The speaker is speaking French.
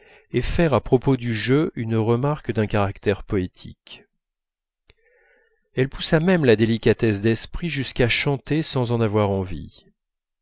et faire à propos du jeu une remarque d'un caractère poétique elle poussa même la délicatesse d'esprit jusqu'à chanter sans en avoir envie